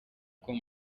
com